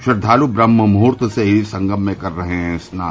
श्रद्वालु ब्रम्हमुहूर्त से ही संगम में कर रहे हैं स्नान